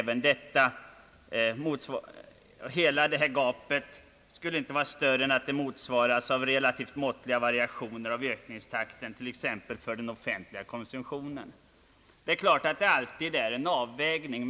Hela detta gap skulle inte vara större än att det motsvaras av relativt måttliga variationer i ökningstakten för t.ex. den offentliga konsumtionen, säger professor Kragh. Det är klart att det alltid gäller en avvägning.